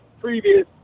previous